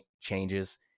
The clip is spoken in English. changes